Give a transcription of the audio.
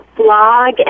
blog